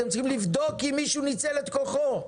אתם צריכים לבדוק אם מישהו ניצל את כוחו,